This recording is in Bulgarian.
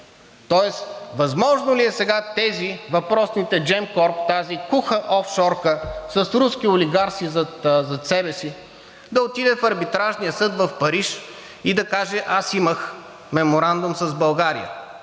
Тоест възможно ли е тези въпросните Gemcorp, тази куха офшорка с руски олигарси зад себе си да отиде в Арбитражния съд в Париж и да каже: „Аз имах меморандум с България.